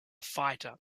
fighter